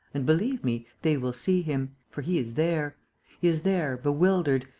and, believe me, they will see him. for he is there. he is there, bewildered,